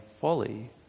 Folly